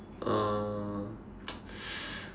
oh